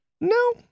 No